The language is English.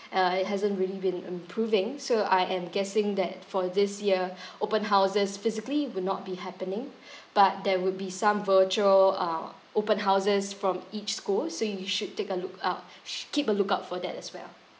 uh it hasn't really been improving so I am guessing that for this year open houses physically would not be happening but there would be some virtual uh open houses from each school so you should take a look out sh~ keep a look out for that as well